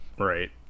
Right